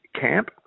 camp